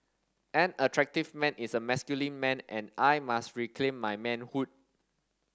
an attractive man is a masculine man and I must reclaim my manhood